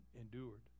endured